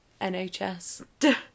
NHS